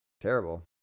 terrible